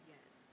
Yes